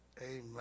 Amen